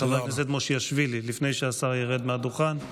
לחבר הכנסת מושיאשוילי, לפני שהשר ירד מהדוכן.